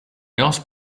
asked